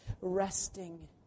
resting